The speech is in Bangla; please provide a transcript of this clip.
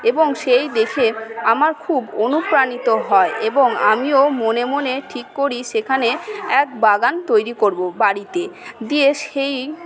এবং সেই দেখে আমার খুব অনুপ্রাণিত হয় এবং আমিও মনে মনে ঠিক করি সেখানে এক বাগান তৈরি করবো বাড়িতে দিয়ে সেই